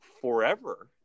forever